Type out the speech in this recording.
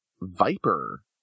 Viper